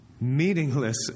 Meaningless